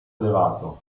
elevato